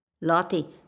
Lottie